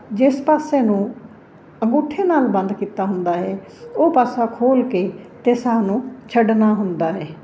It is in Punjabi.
ਜਿਸ ਪਾਸੇ ਨੂੰ ਅੰਗੂਠੇ ਨਾਲ ਬੰਦ ਕੀਤਾ ਹੁੰਦਾ ਹੈ ਉਹ ਪਾਸਾ ਖੋਲ੍ਹ ਕੇ ਅਤੇ ਸਾਨੂੰ ਛੱਡਣਾ ਹੁੰਦਾ ਹੈ